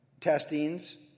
testings